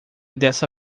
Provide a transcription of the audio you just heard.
dessa